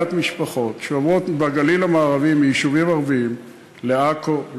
מעט משפחות שעוברות מיישובים ערביים לעכו,